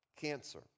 cancer